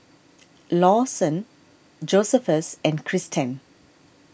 Lawson Josephus and Christen